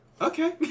Okay